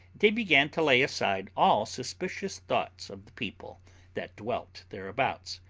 they began to lay aside all suspicious thoughts of the people that dwelt thereabouts,